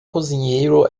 cozinheiro